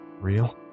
real